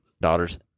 Daughters